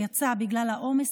ויצא שבגלל העומס,